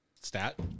stat